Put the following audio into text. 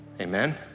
Amen